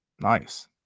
Nice